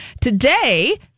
Today